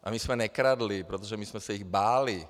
A my jsme nekradli, protože my jsme se jich báli.